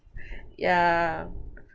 yeah